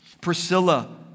Priscilla